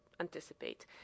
anticipate